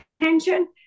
attention